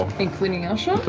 including yasha?